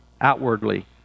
outwardly